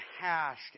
hashed